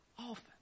often